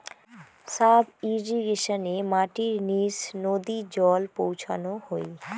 sub ইর্রিগেশনে মাটির নিচ নদী জল পৌঁছানো হই